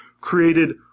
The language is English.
created